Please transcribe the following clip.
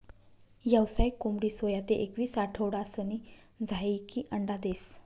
यावसायिक कोंबडी सोया ते एकवीस आठवडासनी झायीकी अंडा देस